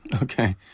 Okay